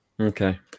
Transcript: Okay